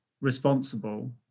responsible